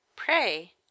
pray